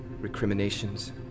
recriminations